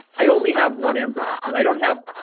i only have one embryo because i don't have.